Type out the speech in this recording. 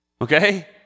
Okay